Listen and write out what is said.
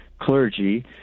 clergy